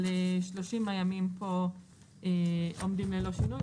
30 הימים פה עומדים ללא שינוי,